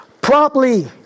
properly